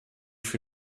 für